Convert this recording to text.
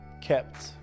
kept